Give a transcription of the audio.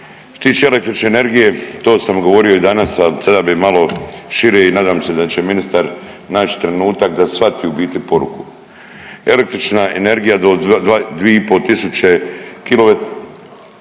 tiče električne energije to sam govorio i danas, a sada bi malo šire i nadam se da će ministar naći trenutak da shvati u biti poruku. Električna energija do 2,5 tisuće kilovata